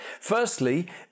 Firstly